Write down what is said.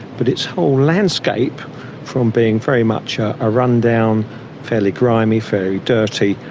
but its whole landscape from being very much a run-down fairly grimy, fairly dirty,